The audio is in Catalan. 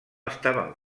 estaven